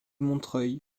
montreuil